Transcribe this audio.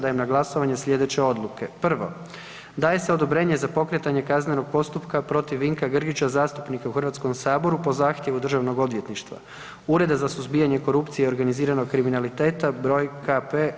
Dajem na glasovanje sljedeće odluke: 1. Daje se odobrenje za pokretanje kaznenog postupka protiv Vinka Grgića zastupnika u HS-u po zahtjevu Državnog odvjetništva, Ureda za suzbijanje korupcije i organiziranog kriminaliteta br.